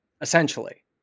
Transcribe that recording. Essentially